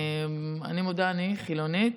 אני מודה, אני חילונית,